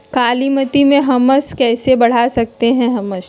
कालीमती में हमस कैसे बढ़ा सकते हैं हमस?